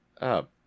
up